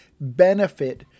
benefit